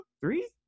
Three